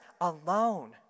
alone